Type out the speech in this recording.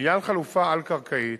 4. לעניין חלופה על-קרקעית,